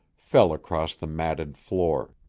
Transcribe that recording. fell across the matted floor.